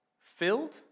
filled